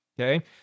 okay